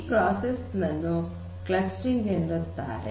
ಈ ಪ್ರಕ್ರಿಯೆಯನ್ನು ಕ್ಲಸ್ಟರಿಂಗ್ ಎನ್ನುತ್ತಾರೆ